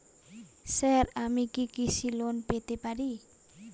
Sir আমি কি কৃষি লোন পেতে পারি?